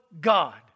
God